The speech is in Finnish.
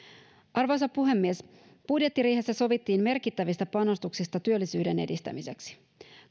arvoisa puhemies budjettiriihessä sovittiin merkittävistä panostuksista työllisyyden edistämiseksi